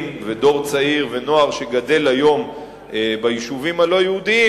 דור צעיר ונוער שגדל היום ביישובים הלא-יהודיים,